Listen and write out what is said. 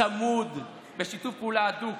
צמוד, בשיתוף פעולה הדוק.